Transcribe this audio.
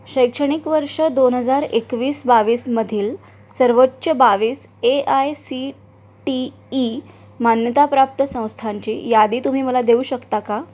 शैक्षणिक वर्ष दोन हजार एकवीस बावीसमधील सर्वोच्च बावीस A I C T E मान्यताप्राप्त संस्थांची यादी तुम्ही मला देऊ शकता का